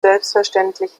selbstverständlich